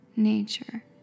nature